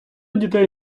дітей